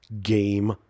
Game